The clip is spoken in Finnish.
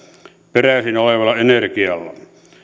peräisin olevalla energialla